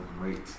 great